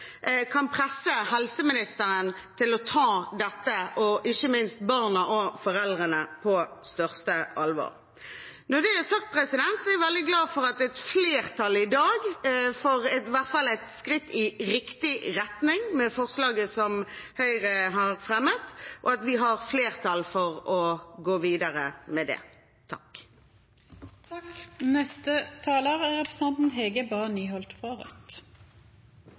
kan presse helseministeren til å ta dette og ikke minst barna og foreldrene på største alvor. Når det er sagt, er jeg veldig glad i dag for i hvert fall et skritt i riktig retning, med forslaget som Høyre har fremmet, og at vi har flertall for å gå videre med det.